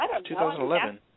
2011